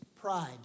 pride